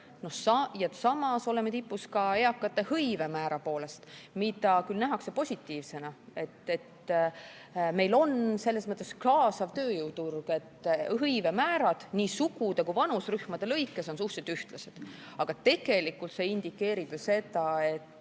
Samas oleme tipus ka eakate hõive määra poolest. Seda küll nähakse positiivsena, et meil on selles mõttes kaasav tööjõuturg, et hõivemäärad nii sugude kui ka vanuserühmade lõikes on suhteliselt ühtlased. Aga tegelikult see indikeerib ju seda, et